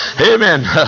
amen